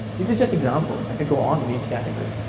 this is just examples, i could go on in each category.